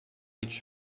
each